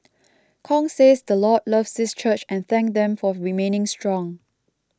Kong says the Lord loves this church and thanked them for remaining strong